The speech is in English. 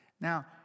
Now